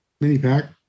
mini-pack